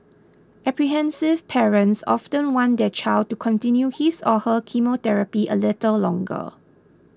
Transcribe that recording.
apprehensive parents often want their child to continue his or her chemotherapy a little longer